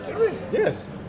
Yes